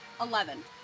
Eleven